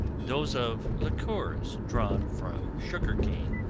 those of liqueurs drawn from sugar-cane,